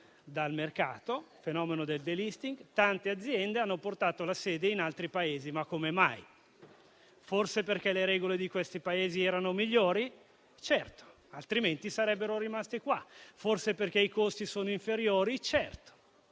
dal mercato - fenomeno del *delisting* - tante aziende hanno portato la sede in altri Paesi; come mai? Forse perché le regole di questi Paesi erano migliori? Certo, altrimenti sarebbero rimaste nel nostro Paese. Forse perché i costi sono inferiori? Certo.